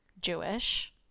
Jewish